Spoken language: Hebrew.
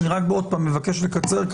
אני רק עוד פעם מבקש לקצר.